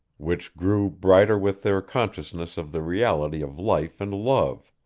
which grew brighter with their consciousness of the reality of life and love.